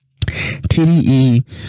tde